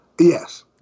Yes